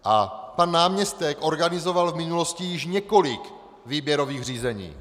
A pan náměstek organizoval v minulosti již několik výběrových řízení.